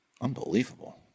Unbelievable